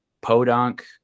Podunk